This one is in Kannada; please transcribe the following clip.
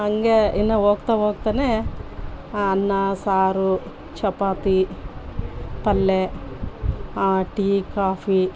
ಹಂಗೇ ಇನ್ನು ಹೋಗ್ತಾ ಹೋಗ್ತಾನೇ ಅನ್ನ ಸಾರು ಚಪಾತಿ ಪಲ್ಲೆ ಟೀ ಕಾಫಿ